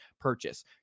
purchase